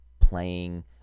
playing